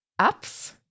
apps